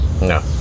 No